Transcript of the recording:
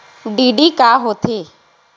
DD का होथे?